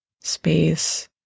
space